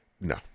no